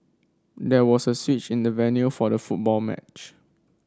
there was a switch in the venue for the football match